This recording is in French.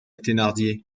thénardier